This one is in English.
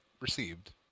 received